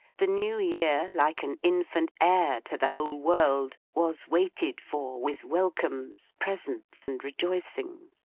the new year, like an infant heir to the whole world, was waited for, with welcomes, presents, and rejoicings.